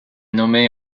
nommé